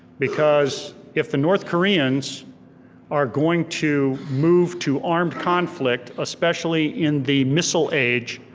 because if the north koreans are going to move to armed conflict, especially in the missile age,